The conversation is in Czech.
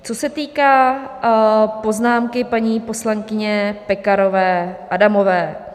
Co se týká poznámky paní poslankyně Pekarové Adamové.